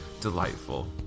delightful